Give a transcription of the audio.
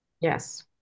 Yes